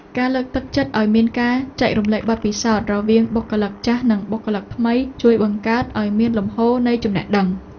ការលើកទឹកចិត្តឱ្យមានការចែករំលែកបទពិសោធន៍រវាងបុគ្គលិកចាស់និងបុគ្គលិកថ្មី ជួយបង្កើតឱ្យមានលំហូរនៃចំណេះដឹង។